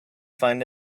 find